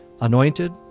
anointed